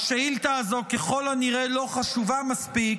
השאילתה הזו ככל הנראה לא חשובה מספיק,